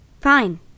Fine